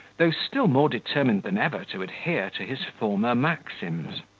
though still more determined than ever to adhere to his former maxims.